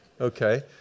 okay